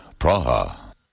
Praha